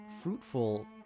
fruitful